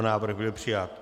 Návrh byl přijat.